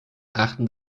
achten